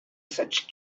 such